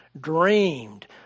dreamed